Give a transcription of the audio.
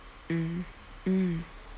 mm mm